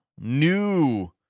new